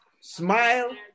smile